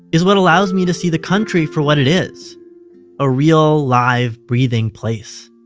is what allows me to see the country for what it is a real, live, breathing place.